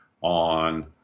on